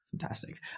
Fantastic